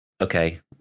Okay